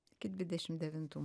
iki dvidešimt devintų